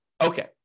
Okay